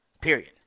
period